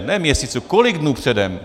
Ne měsíců kolik dnů předem.